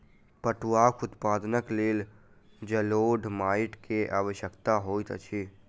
पटुआक उत्पादनक लेल जलोढ़ माइट के आवश्यकता होइत अछि